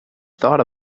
thought